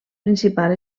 principal